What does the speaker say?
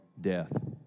death